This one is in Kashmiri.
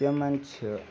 تِمَن چھِ